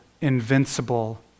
invincible